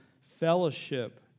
fellowship